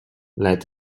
let